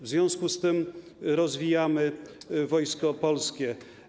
W związku z tym rozwijamy Wojsko Polskie.